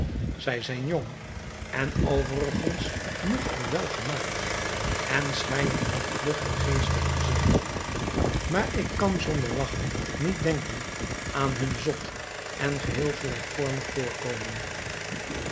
zij zijn jong en overigens nog al welgemaakt en schijnen ook vlug en geestig te zijn maar ik kan zonder lagchen niet denken aan hun zot en geheel gelijkvormig voorkomen